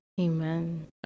amen